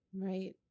Right